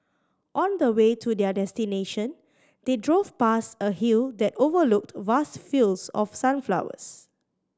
on the way to their destination they drove past a hill that overlooked vast fields of sunflowers